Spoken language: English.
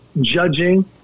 judging